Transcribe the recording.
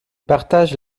partagent